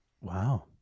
wow